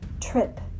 Trip